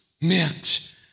meant